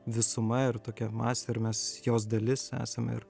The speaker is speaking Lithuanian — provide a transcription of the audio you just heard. visuma ir tokia masė ir mes jos dalis esame ir